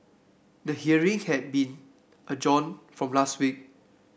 the hearing had been adjourned from last week